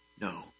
No